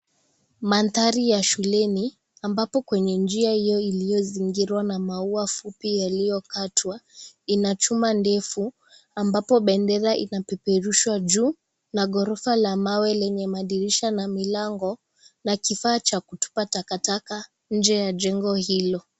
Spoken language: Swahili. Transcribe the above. Mandhari ya shuleni, ambapo kwenye njia hiyo iliyozingirwa na maua fupi iliyokatwa, ina chuma ndefu ambapo bendera inapeperushwa juu na gorofa la mawe lenye madirisha na milango na kifaa cha kutupa takataka inje ya jengo hilo.